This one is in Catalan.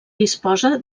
disposa